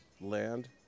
land